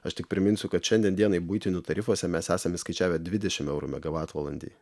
aš tik priminsiu kad šiandien dienai buitinių tarifuose mes esam įskaičiavę dvidešimt eurų megavatvalandei